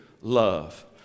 love